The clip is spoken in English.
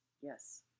Yes